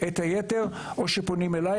לגבי היתר - או שפונים אליי.